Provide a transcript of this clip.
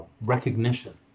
recognition